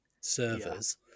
servers